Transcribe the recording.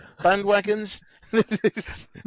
bandwagons